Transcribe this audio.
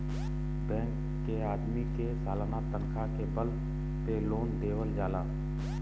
bank के आदमी के सालाना तनखा के बल पे लोन देवल जाला